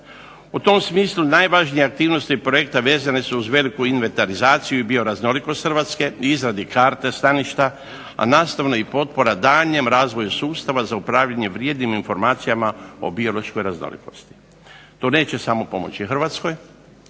U tom smislu najvažnije aktivnosti projekta vezane su uz veliku inventarizaciju i bioraznolikost Hrvatske, i izradi karte staništa, a nastavno i potpora daljnjem razvoju sustava za upravljanje vrijednim informacijama o biološkoj raznolikosti. To neće samo pomoći Hrvatskoj